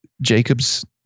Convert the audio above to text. Jacobs